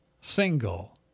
Single